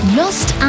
lost